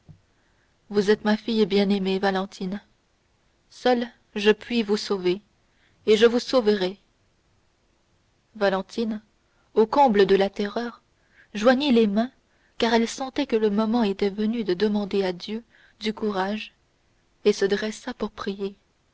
vous êtes ma fille bien-aimée valentine seul je puis vous sauver et je vous sauverai valentine au comble de la terreur joignit les mains car elle sentait que le moment était venu de demander à dieu du courage et se dressa pour prier